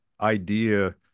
idea